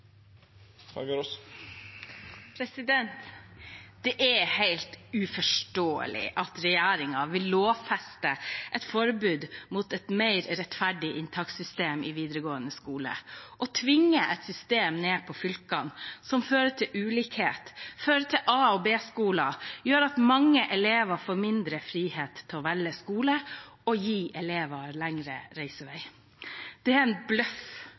fylke. Det er helt uforståelig at regjeringen vil lovfeste et forbud mot et mer rettferdig inntakssystem i videregående skole og tvinge et system ned over fylkene som fører til ulikhet og a-skoler og b-skoler, som gjør at mange elever får mindre frihet til å velge skole, og som vil gi elever lengre reisevei. Det er en bløff